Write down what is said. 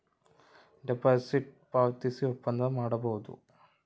deposit ಪಾವತಿಸಿ ಒಪ್ಪಂದ ಮಾಡಬೋದು